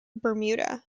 bermuda